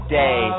day